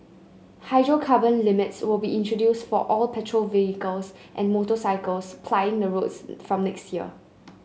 hydrocarbon limits will be introduce for all petrol vehicles and motorcycles plying the roads from next year